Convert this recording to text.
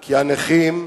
כי הנכים,